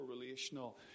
relational